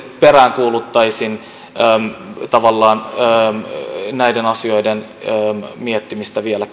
peräänkuuluttaisin tavallaan näiden asioiden miettimistä vielä